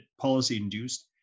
policy-induced